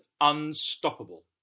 unstoppable